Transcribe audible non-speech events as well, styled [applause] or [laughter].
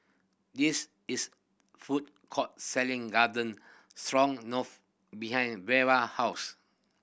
this is food court selling Garden [unintelligible] behind Veva house